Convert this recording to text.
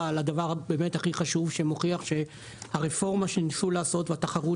על הדבר הכי חשוב באמת שמוכיח שהרפורמה שניסו לעשות והתחרות